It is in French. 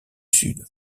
sud